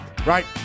Right